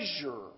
treasure